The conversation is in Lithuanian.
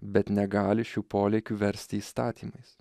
bet negali šių polėkių versti įstatymais